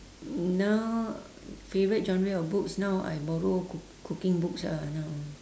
now favourite genre of books now I borrow cook~ cooking books ah now